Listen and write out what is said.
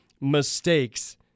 mistakes